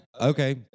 Okay